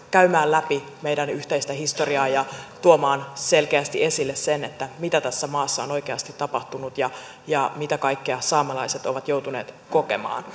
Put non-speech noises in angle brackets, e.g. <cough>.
käymään läpi meidän yhteistä historiaamme ja tuomaan selkeästi esille sen mitä tässä maassa on oikeasti tapahtunut ja ja mitä kaikkea saamelaiset ovat joutuneet kokemaan <unintelligible>